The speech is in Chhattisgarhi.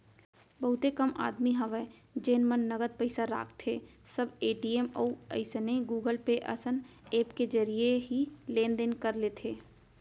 बहुते कम आदमी हवय जेन मन नगद पइसा राखथें सब ए.टी.एम अउ अइसने गुगल पे असन ऐप के जरिए ही लेन देन कर लेथे